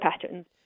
patterns